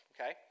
okay